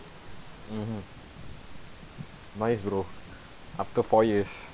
mmhmm nice bro after four years